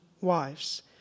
wives